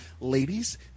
Ladies